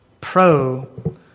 pro